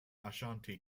ashanti